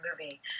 movie